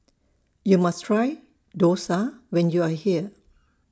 YOU must Try Dosa when YOU Are here